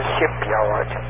Shipyard